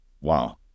Wow